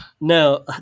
No